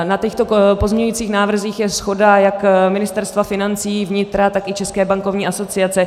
Na těchto pozměňovacích návrzích je shoda jak Ministerstva financí, vnitra, tak i České bankovní asociace.